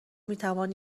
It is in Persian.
میتوان